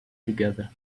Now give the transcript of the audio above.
together